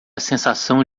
sensação